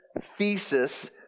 thesis